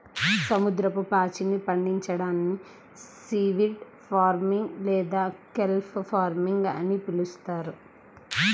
సముద్రపు పాచిని పండించడాన్ని సీవీడ్ ఫార్మింగ్ లేదా కెల్ప్ ఫార్మింగ్ అని పిలుస్తారు